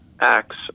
acts